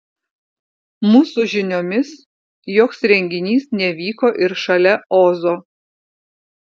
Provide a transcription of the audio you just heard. mūsų žiniomis joks renginys nevyko ir šalia ozo